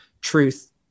truth